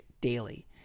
Daily